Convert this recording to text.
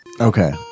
Okay